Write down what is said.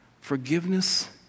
Forgiveness